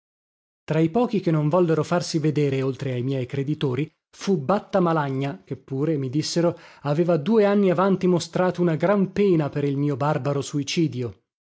tra i pochi che non vollero farsi vedere oltre ai miei creditori fu batta malagna che pure mi dissero aveva due anni avanti mostrato una gran pena per il mio barbaro suicidio